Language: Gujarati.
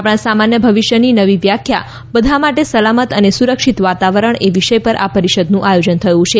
આપણા સામાન્ય ભવિષ્યની નવી વ્યાખ્યા બધા માટે સલામત અને સુરક્ષિત વાતાવરણ એ વિષય પર આ પરિષદનું આયોજન થયું છે